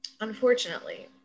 unfortunately